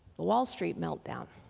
the wall street meltdown.